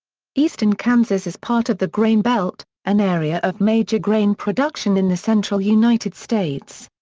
eastern kansas is part of the grain belt, an area of major grain production in the central united states.